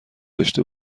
داشته